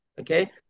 okay